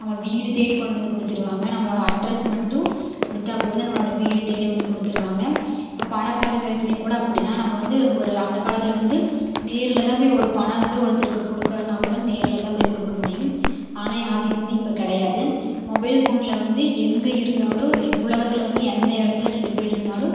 நம்ம வீடு தேடி கொண்டு வந்து கொடுத்துருவாங்க நம்மளோட அட்ரஸ் மட்டும் கொடுத்தா போதும் நம்மளோட வீடு தேடி வந்து கொடுத்துருவாங்க இப்போ பணப் பரிவர்த்தனை கூட அப்படி தான் நம்ம வந்து ஒரு அந்த காலத்தில் வந்து நேர்ல தான் போய் ஒரு பணம் வந்து ஒருத்தருக்கு கொடுக்கறதுனா கூட நேர்ல தான் போய் கொடுக்க முடியும் ஆனால் அது வந்து இப்போ கிடையாது மொபைல் ஃபோன்ல வந்து எங்கே இருந்தாலும் உலகத்தில் வந்து எந்த இடத்துல ரெண்டு பேர் இருந்தாலும்